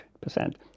percent